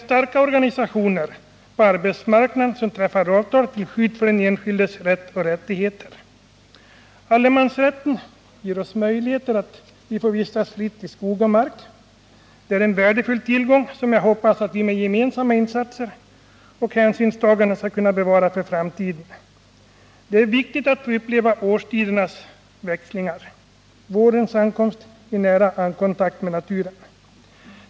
Starka organisationer på arbetsmarknaden träffar avtal till skydd för den enskildes rätt och rättigheter. Allemansrätten ger oss möjligheter att vistas fritt i skog och mark. Det är en värdefull tillgång, som jag hoppas att vi med gemensamma insatser och hänsynstaganden skall bevara för framtiden. Det är viktigt att få uppleva årstidernas växlingar — just nu vårens ankomst —i nära kontakt med naturen.